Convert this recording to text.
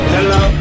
Hello